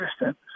assistant